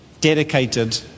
dedicated